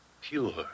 pure